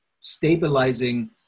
stabilizing